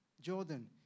Jordan